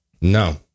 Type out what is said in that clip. No